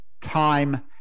time